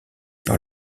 par